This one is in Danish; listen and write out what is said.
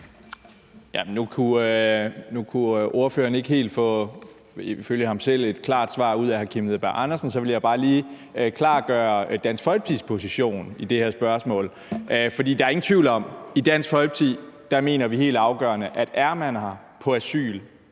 Nu kunne ordføreren ikke ifølge ham selv få et klart svar ud af hr. Kim Edberg Andersen, så derfor vil jeg bare lige klargøre Dansk Folkepartis position i det her spørgsmål. Der er ingen tvivl om, at vi i Dansk Folkeparti mener, at det er helt afgørende, at er man her på asyl,